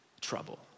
trouble